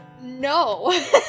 no